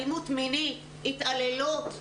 אלימות מינית, התעללות.